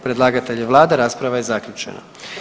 Predlagatelj je vlada, rasprava je zaključena.